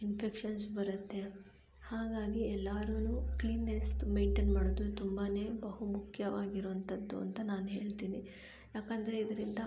infections ಬರತ್ತೆ ಹಾಗಾಗಿ ಎಲ್ಲಾರೂ ಕ್ಲೀನ್ನೆಸ್ ಮೇಯ್ನ್ಟೈನ್ ಮಾಡೋದು ತುಂಬಾ ಬಹುಮುಖ್ಯವಾಗಿರೊಂಥದ್ದು ಅಂತ ನಾನು ಹೇಳ್ತೀನಿ ಯಾಕಂದರೆ ಇದರಿಂದ